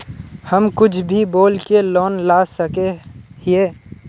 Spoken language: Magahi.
हम कुछ भी बोल के लोन ला सके हिये?